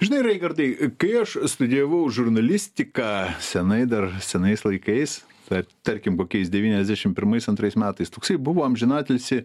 žinai reichardai kai aš studijavau žurnalistiką senai dar senais laikais taip tarkim kokiais devyniasdešimt pirmais antrais metais toksai buvo amžinatilsį